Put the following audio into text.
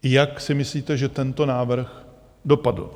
Jak si myslíte, že tento návrh dopadl?